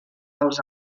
dels